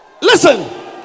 Listen